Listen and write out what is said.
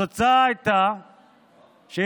התוצאה הייתה שהתבדו,